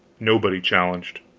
nobody challenged.